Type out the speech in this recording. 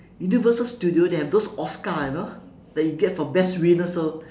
universal studio they have those oscar you know that they get for best winner so